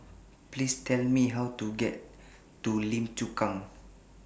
Please Tell Me How to get to Lim Chu Kang